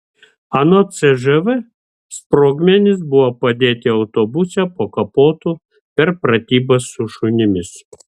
anot cžv sprogmenys buvo padėti autobuse po kapotu per pratybas su šunimis